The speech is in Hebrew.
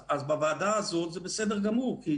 אז בוועדה הזאת זה בסדר גמור כי